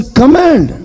command